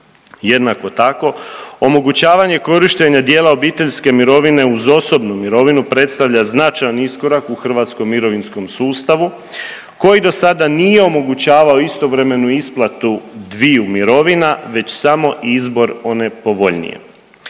Jednako tako omogućavanje korištenja dijela obiteljske mirovine uz osobnu mirovinu predstavlja značajan iskorak u hrvatskom mirovinskom sustavu koji dosada nije omogućavao istovremenu isplatu dviju mirovina već samo izbor one povoljnije.